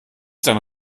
dann